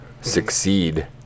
succeed